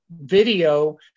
video